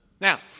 Now